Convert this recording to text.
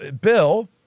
Bill